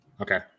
Okay